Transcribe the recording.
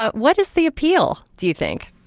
but what is the appeal do you think?